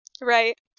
Right